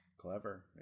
Clever